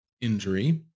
injury